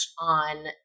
on